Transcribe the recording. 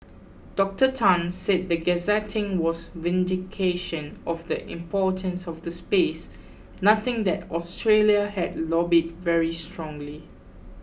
Doctor Tan said the gazetting was vindication of the importance of the space noting that Australia had lobbied very strongly